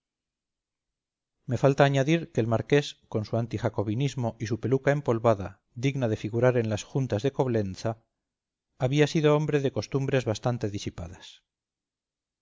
me falta añadir que el marqués con su anti jacobinismo y su peluca empolvada digna de figurar en las juntas de coblentza había sido hombre de costumbres bastante disipadas